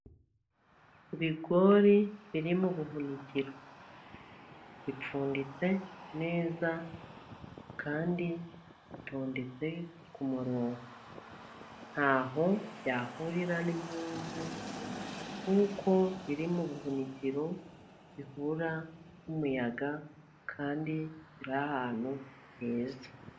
Ibigori biri mu buhunikiro bipfunditse neza kandi bitondetse ku ku murongo ntaho byahurira n'imungu kuko biri mu buhunikiro bihura numuyaga kandi biri ahantu heza.